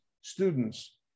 students